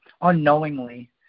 Unknowingly